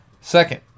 Second